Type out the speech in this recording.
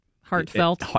heartfelt